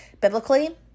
biblically